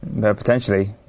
Potentially